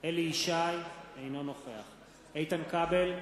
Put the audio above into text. אליהו ישי, אינו נוכח איתן כבל,